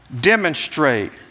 demonstrate